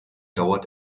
dauert